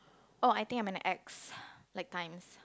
oh I think I'm an X like times